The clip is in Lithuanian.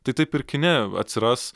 tai taip ir kine atsiras